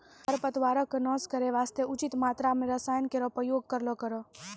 खरपतवारो क नाश करै वास्ते उचित मात्रा म रसायन केरो प्रयोग करलो करो